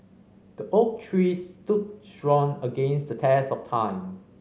the oak trees stood strong against the test of time